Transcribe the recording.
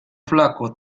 flaco